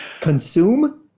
Consume